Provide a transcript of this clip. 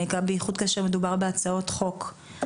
בייחוד כאשר מדובר בהצעות חוק.